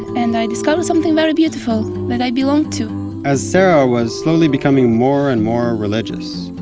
and i discovered something very beautiful that i belong to as sarah was slowly becoming more and more religious,